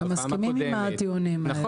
לא, אנחנו גם מסכימים עם הטיעונים האלה.